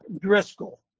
Driscoll